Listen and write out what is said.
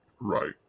Right